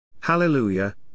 Hallelujah